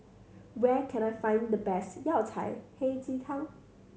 where can I find the best Yao Cai Hei Ji Tang